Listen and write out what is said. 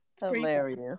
hilarious